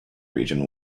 region